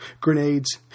Grenades